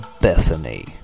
Bethany